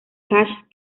cash